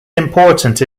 important